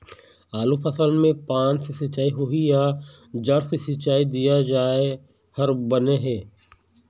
आलू फसल मे पान से सिचाई होही या जड़ से सिचाई दिया जाय हर बने हे?